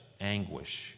anguish